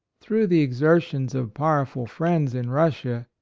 through the exertions of powerful friends in russia,